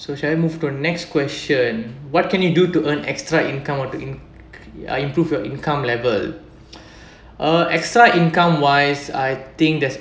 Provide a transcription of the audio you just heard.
so shall I move to a next question what can you do to earn extra income or to im~ improve your income level uh extra income wise I think there's